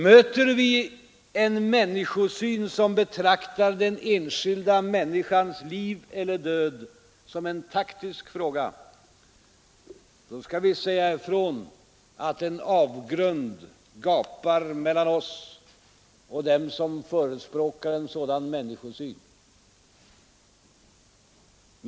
Möter vi en människosyn, som betraktar den enskilda människans liv eller död som en taktisk fråga, då skall vi säga ifrån att en avgrund gapar mellan oss och dem som förespråkar en sådan människosyn.